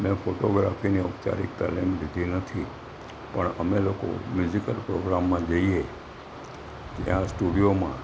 મેં ફોટોગ્રાફીની ઔપચારીક તાલીમ લીધી નથી પણ અમે લોકો મ્યૂઝિકલ પ્રોગ્રામમાં જઈએ ત્યાં સ્ટુડીઓમાં